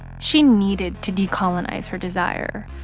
she needed to decolonize her desire,